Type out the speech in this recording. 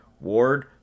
ward